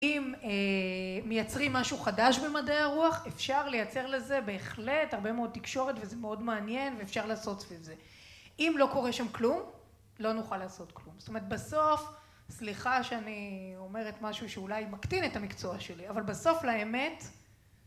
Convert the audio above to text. אם מייצרים משהו חדש במדעי הרוח אפשר לייצר לזה בהחלט הרבה מאוד תקשורת וזה מאוד מעניין ואפשר לעשות סביב זה. אם לא קורה שם כלום לא נוכל לעשות כלום. זאת אומרת בסוף, סליחה שאני אומרת משהו שאולי מקטין את המקצוע שלי, אבל בסוף לאמת